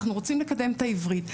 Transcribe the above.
אנחנו רוצים לקדם את העברית,